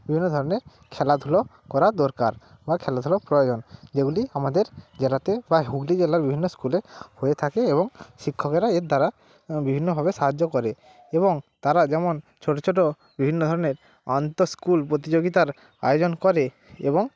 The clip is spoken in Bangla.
বিভিন্ন ধরনের খেলাধুলো করা দরকার বা খেলাধুলার প্রয়োজন যেগুলি আমাদের জেলাতে বা এই হুগলি জেলার বিভিন্ন স্কুলে হয়ে থাকে এবং শিক্ষকেরা এর দ্বারা বিভিন্নভাবে সাহায্য করে এবং তারা যেমন ছোটো ছোটো বিভিন্ন ধরনের আন্তঃস্কুল প্রতিযোগিতার আয়োজন করে এবং